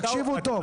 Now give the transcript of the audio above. תקשיבו טוב.